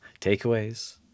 takeaways